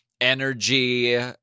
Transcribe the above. energy